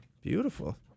Beautiful